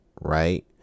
right